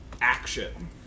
action